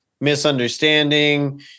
misunderstanding